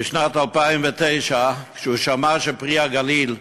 בשנת 2009, כשהוא שמע ש"פרי הגליל"